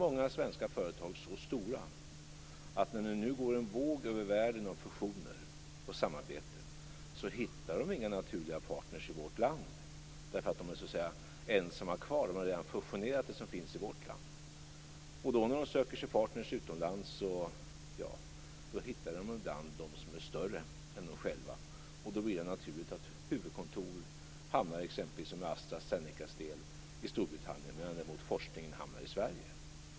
Många svenska företag är så stora att de när det nu går en våg över världen av fusioner och samarbete inte hittar några naturliga partner i vårt land. De är så att säga ensamma kvar efter att ha fusionerat så långt som det går i vårt land. När de söker efter en partner utomlands letar de bland dem som är större än de själva, och då blir det naturligt att som exempelvis i fallet Astra-Zeneca huvudkontoret hamnar i Storbritannien, medan däremot forskningen hamnar i Sverige.